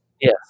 Yes